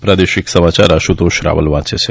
પ્રાદેશિક સમાચાર આશુતોષ રાવલ વાંચે છે